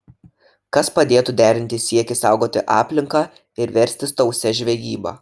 kas padėtų derinti siekį saugoti aplinką ir verstis tausia žvejyba